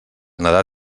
nadar